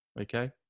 Okay